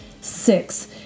six